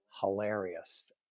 hilarious